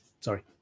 Sorry